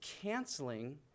canceling